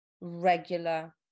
regular